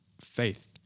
faith